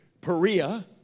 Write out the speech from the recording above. Perea